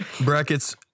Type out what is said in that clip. Brackets